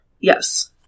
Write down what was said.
Yes